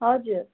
हजुर